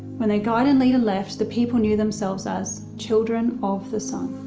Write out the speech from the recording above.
when their guide and leader left, the people knew themselves as children of the sun.